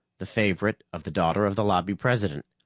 the favorite of the daughter of the lobby president.